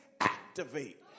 activate